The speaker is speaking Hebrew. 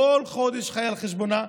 בכל חודש חי על חשבונה.